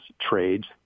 trades